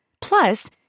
Plus